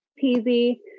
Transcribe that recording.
easy